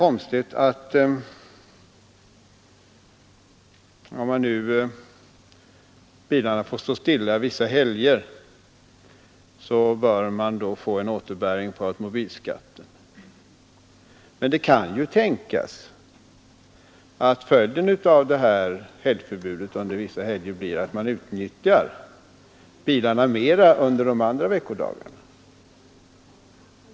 Om bilarna får stå stilla under vissa helger bör man enligt herr Komstedt få en återbäring på automobilskatten. Men det kan ju tänkas att följden av förbudet under vissa helger blir att man utnyttjar bilarna mera under de andra veckodagarna.